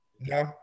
No